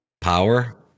power